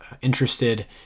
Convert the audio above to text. interested